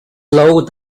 low